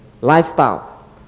lifestyle